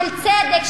של צדק,